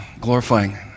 glorifying